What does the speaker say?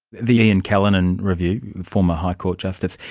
the ian callinan review, former high court justice,